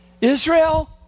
Israel